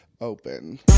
open